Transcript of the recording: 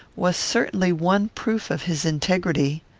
was certainly one proof of his integrity.